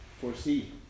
foresee